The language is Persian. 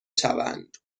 شوند